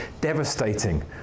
devastating